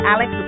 Alex